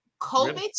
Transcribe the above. COVID